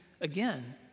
again